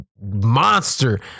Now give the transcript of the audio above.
monster